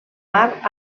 mar